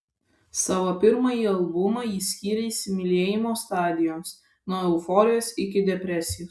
savo pirmąjį albumą ji skyrė įsimylėjimo stadijoms nuo euforijos iki depresijos